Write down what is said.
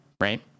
right